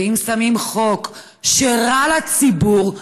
ואם שמים חוק שרע לציבור,